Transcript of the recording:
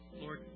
Lord